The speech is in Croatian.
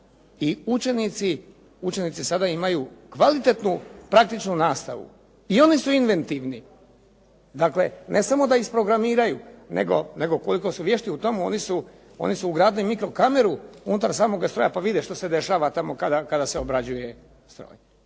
i učenici sada imaju kvalitetnu praktičnu nastavu i oni su inventivni. Dakle, ne samo da isprogramiraju, nego koliko su vješti u tome. Oni su ugradili i mikro kameru unutar samoga stroja pa vide što se dešava tamo kada se obrađuje stroj.